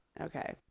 Okay